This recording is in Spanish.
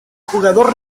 jugador